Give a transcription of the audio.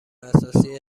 اساسی